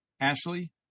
Ashley